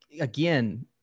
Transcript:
again